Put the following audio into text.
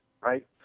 right